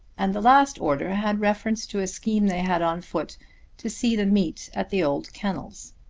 and the last order had reference to a scheme they had on foot to see the meet at the old kennels.